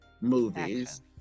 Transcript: movies